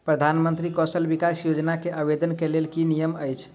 प्रधानमंत्री कौशल विकास योजना केँ आवेदन केँ लेल की नियम अछि?